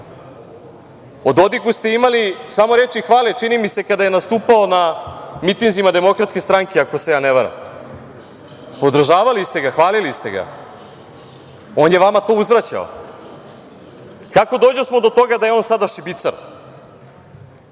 O Dodiku ste imali samo reči hvale, čini mi se, kada je nastupao na mitinzima DS, ako se ja ne varam. Podržavali ste ga, hvalili ste ga. On je vama to uzvraćao. Kako dođosmo do toga da je on sada šibicar?